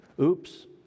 Oops